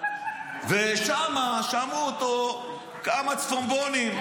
ושם שמעו אותו כמה צפונבונים.